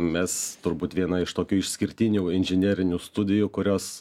mes turbūt viena iš tokių išskirtinių inžinerinių studijų kurios